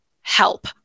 help